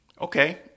Okay